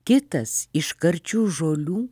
kitas iš karčių žolių